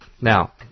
Now